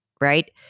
right